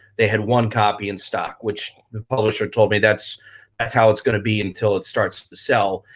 they had one copy in stock, which the publisher told me that's that's how it's gonna be until it starts to sell.